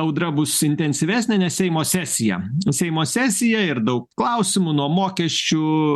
audra bus intensyvesnė nes seimo sesija seimo sesija ir daug klausimų nuo mokesčių